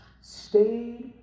Stay